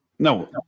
No